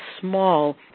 small